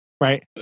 right